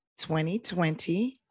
2020